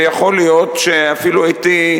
ויכול להיות שאפילו הייתי,